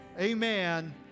amen